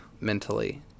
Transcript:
mentally